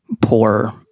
poor